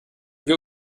wir